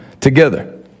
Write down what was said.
together